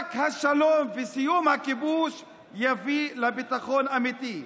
רק השלום וסיום הכיבוש יביאו לביטחון אמיתי.